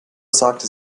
sagte